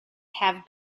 have